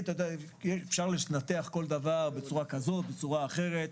אפשר לנצח כל דבר בצורה כזו או אחרת,